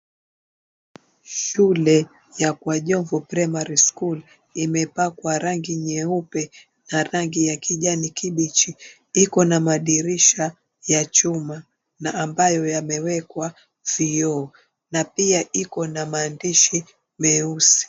Shule ya Kwa Jomvu Primary School, imepakwa rangi nyeupe na rangi ya kijani kibichi. Iko na madirisha ya chuma na ambayo yamewekwa vioo na pia iko na maandishi meusi.